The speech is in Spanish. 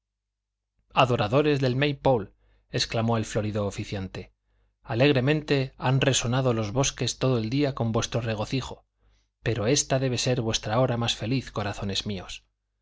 adoradores del may pole exclamó el florido oficiante alegremente han resonado los bosques todo el día con vuestro regocijo pero ésta debe ser vuestra hora más feliz corazones míos